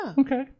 Okay